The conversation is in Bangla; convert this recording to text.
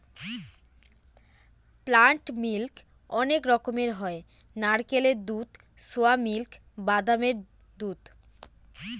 প্লান্ট মিল্ক অনেক রকমের হয় নারকেলের দুধ, সোয়া মিল্ক, বাদামের দুধ